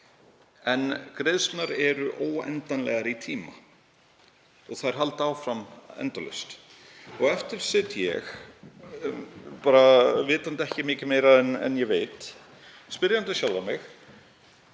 en greiðslurnar eru óendanlegar í tíma. Þær halda áfram endalaust og eftir sit ég, vitandi ekki mikið meira en ég veit, og spyr sjálfan mig: